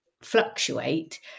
fluctuate